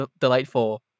delightful